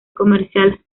comercial